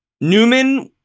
Newman